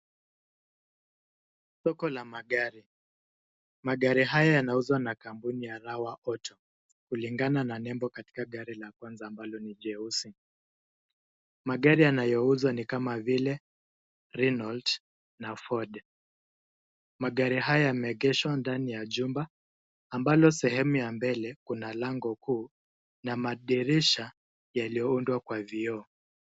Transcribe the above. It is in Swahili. Soko la magari. Magari haya yanauzwa na kampuni ya Rawa Auto kulingana na nembo katika gari la kwanza ambalo ni jeusi. Magari yanayouzwa ni kama vile Reynolds na Ford. Magari haya yameegeshwa ndani ya jumba ambalo sehemu ya mbele kuna lango kuu na madirisha yaliyoundwa Kwa vioo.